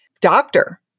doctor